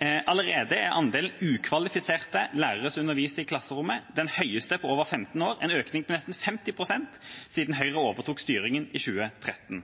Allerede er andelen ukvalifiserte lærere som underviser i klasserommet, den høyeste på over 15 år – en økning på nesten 50 pst. siden Høyre overtok styringen i 2013.